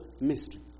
mystery